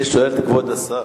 אני שואל את כבוד השר.